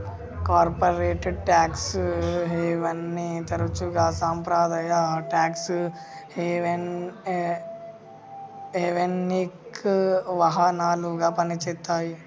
corporate tax హెవెన్ని తరచుగా సాంప్రదాయ ట్యేక్స్ హెవెన్కి వాహనాలుగా పనిచేత్తాయి